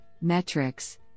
metrics